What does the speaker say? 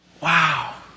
Wow